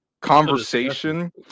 conversation